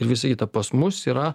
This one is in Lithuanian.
ir visa kitą pas mus yra